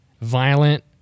violent